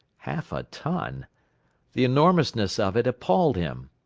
half a ton the enormousness of it appalled him.